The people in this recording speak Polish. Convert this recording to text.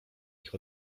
ich